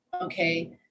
okay